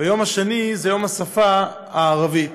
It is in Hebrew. והיום השני זה יום השפה הערבית.